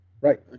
Right